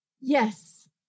yes